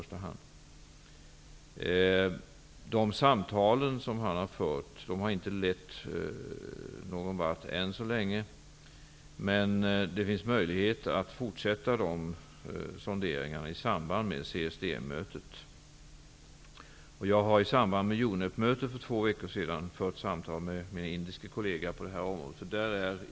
Samtalen har inte lett någonstans än så länge. Men det finns möjligheter att fortsätta sonderingarna i samband med CSD mötet. Jag har i samband med UNEP-mötet för två veckor sedan fört samtal med min indiske kollega på området.